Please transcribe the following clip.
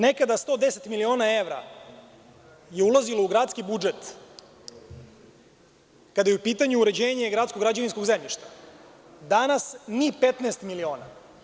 Nekada 110 miliona evra je ulazilo u gradski budžet kada je u pitanju uređenje gradskog građevinskog zemljišta, danas ni 15 miliona.